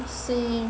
same